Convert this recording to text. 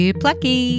plucky